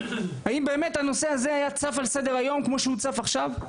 האם באמת הנושא הזה היה צף על סדר היום כמו שהוא צף עכשיו?